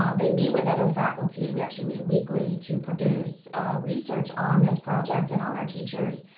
um they meet with other faculty. we actually meet weekly to produce research on this project and on our teachers,